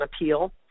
appeal